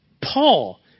Paul